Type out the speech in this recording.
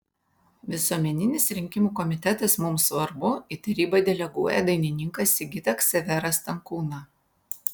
visuomeninis rinkimų komitetas mums svarbu į tarybą deleguoja dainininką sigitą ksaverą stankūną